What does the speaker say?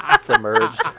submerged